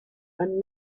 and